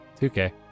2K